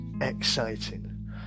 exciting